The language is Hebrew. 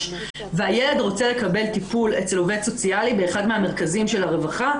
והילד רוצה לקבל טיפול אצל עובד סוציאלי באחד מהמרכזים של הרווחה,